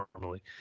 normally